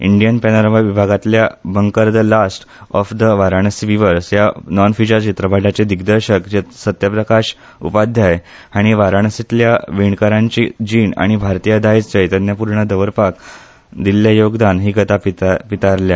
Indian panorama विभागांतल्या Bunkar the last of the Varanasi weavers ह्या चित्रपटाचे दिग्दर्शक सत्यप्रकाश उपाध्याय हांणी वाराणसींतल्या विणकारांची जीण आनी भारतीय दायज चैतन्यपूर्ण दवरपाक दिल्लें योगदान ही कथा पितारल्या